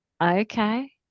Okay